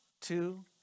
two